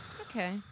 Okay